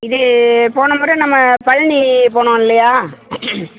இது போன முறை நம்ம பழனி போனோம் இல்லையா